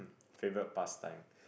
favourite pastime